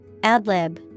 Adlib